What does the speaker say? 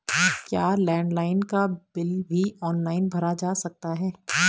क्या लैंडलाइन का बिल भी ऑनलाइन भरा जा सकता है?